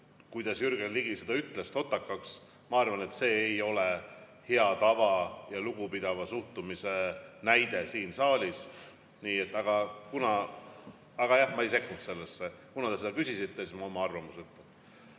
kuidas Jürgen Ligi ütles? – totakaks. Ma arvan, et see ei ole hea tava ja lugupidava suhtumise näide siin saalis. Aga jah, ma ei sekkunud sellesse. Kuna te seda küsisite, siis ma oma arvamuse